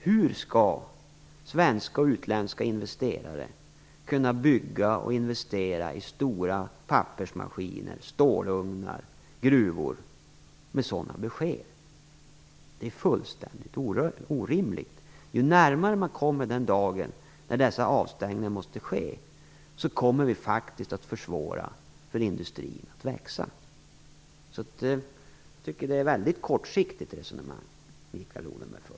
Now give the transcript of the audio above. Hur skall svenska och utländska investerare kunna bygga och investera i stora pappersmaskiner, stålugnar och gruvor med sådana besked? Det är fullständigt orimligt. Ju närmare vi kommer den dag då dessa avstängningar måste ske, desto mer kommer vi faktiskt att försvåra för industrin att växa. Så jag tycker att Mikael Odenbergs resonemang är väldigt kortsiktigt.